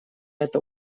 это